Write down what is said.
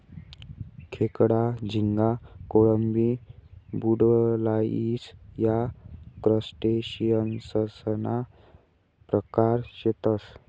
खेकडा, झिंगा, कोळंबी, वुडलाइस या क्रस्टेशियंससना प्रकार शेतसं